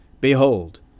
Behold